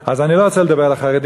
אז אני לא רוצה לדבר על החרדים,